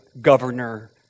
governor